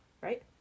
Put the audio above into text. right